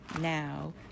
Now